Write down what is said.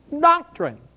doctrine